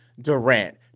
Durant